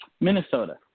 Minnesota